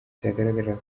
byagaragaraga